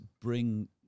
bring